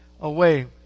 away